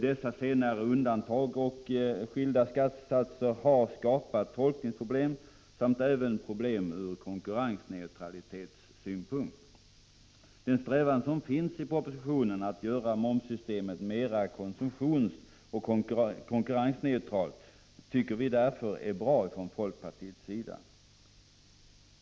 Dessa undantag och skilda skattesatser har skapat tolkningsproblem samt även problem ur konkurrensneutralitetssynpunkt. Den strävan som finns i propositionen att göra momssystemet mer konsumtionsoch konkurrensneutralt tycker vi från folkpartiets sida är bra.